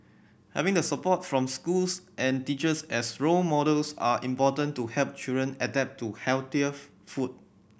having the support from schools and teachers as role models are important to help children adapt to healthier food